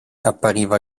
appariva